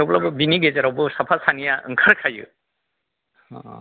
थेवब्लाबो बिनि गेजेरावबो साफा सानैया ओंखारखायो ओ